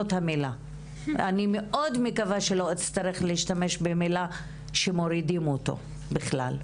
אני מאוד מקווה שלא מורידים אותו בכלל.